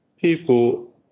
people